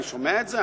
אני שומע את זה,